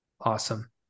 Awesome